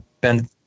Ben